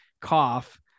cough